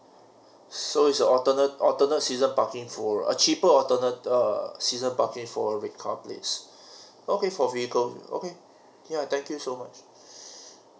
so it's a alternate alternate season parking for a cheaper alternate err season parking for red car plates okay for vehicle okay yeah thank you so much